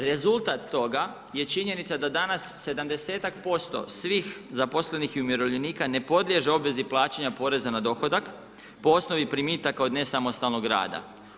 Rezultat toga je činjenica da danas 70-tak% svih zaposlenih i umirovljenika ne podliježi obvezi plaćanja poreza na dohodak po osnovi primitaka od nesamostalnog rada.